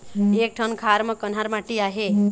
एक ठन खार म कन्हार माटी आहे?